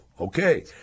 Okay